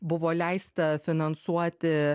buvo leista finansuoti